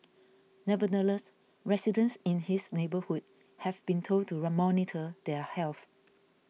nevertheless residents in his neighbourhood have been told to monitor their health